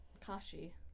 Kashi